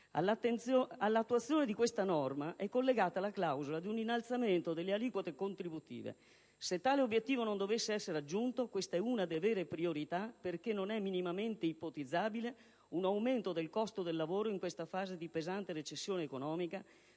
All'attuazione di questa norma è collegata la clausola di un innalzamento delle aliquote contributive. Se tale obiettivo non dovesse essere raggiunto, questa è una delle vere priorità perché non è minimamente ipotizzabile un aumento del costo del lavoro in questa fase di pesante recessione economica,